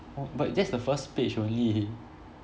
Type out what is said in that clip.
oh but just the first page only